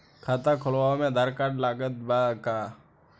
खाता खुलावे म आधार कार्ड लागत बा का?